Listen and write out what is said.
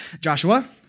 Joshua